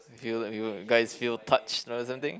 feel you guys feel touched or something